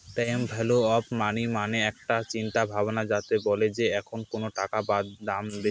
time value of money মানে একটা চিন্তা ভাবনা যাতে বলে যে এখন কোনো টাকার দাম বেশি